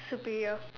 superior